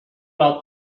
out